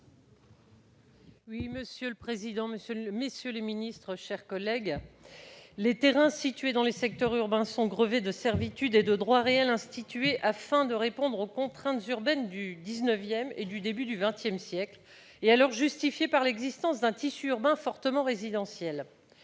est ainsi libellé : La parole est à Mme Valérie Létard. Les terrains situés dans les secteurs urbains sont grevés de servitudes et de droits réels institués afin de répondre aux contraintes urbaines du XlX et du début du XX siècles, et alors justifiés par l'existence d'un tissu urbain fortement résidentiel.